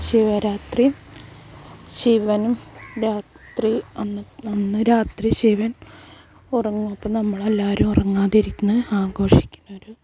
ശിവരാത്രി ശിവനും രാത്രി അന്ന് അന്ന് രാത്രി ശിവൻ ഉറങ്ങും അപ്പോൾ നമ്മളെല്ലാവരും ഉറങ്ങാതിരുന്ന് ആഘോഷിക്കുന്നൊരു